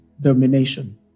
domination